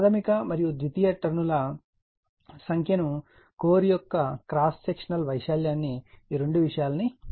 ప్రాధమిక మరియు ద్వితీయ టర్న్ ల సంఖ్యను కోర్ యొక్క క్రాస్ సెక్షనల్ వైశాల్యం ఈ రెండు విషయాల ను లెక్కించండి